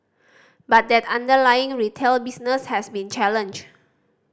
but that underlying retail business has been challenged